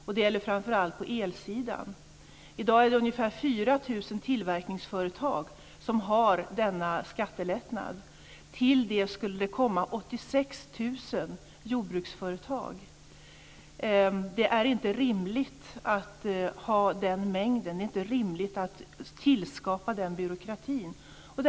Det gäller framför allt på elsidan. I dag är det ca 4 000 tillverkningsföretag som har denna skattelättnad. Till dessa skulle det komma 86 000 jordbruksföretag. Det är inte rimligt med den mängden och att tillskapa den byråkrati som skulle krävas.